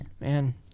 man